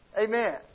Amen